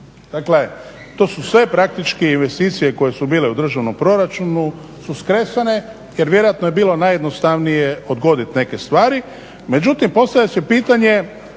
Dakle, to su sve praktički investicije koje su bile u državnom proračunu su skresane jer vjerojatno je bilo najjednostavnije odgoditi neke stvari. Međutim postavlja se pitanje